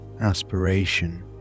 aspiration